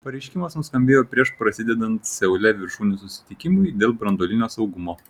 pareiškimas nuskambėjo prieš prasidedant seule viršūnių susitikimui dėl branduolinio saugumo